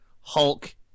Hulk